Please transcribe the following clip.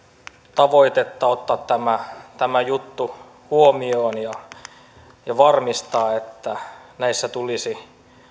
tavoitetta ottaa tämä juttu huomioon ja varmistaa että näissä tulisi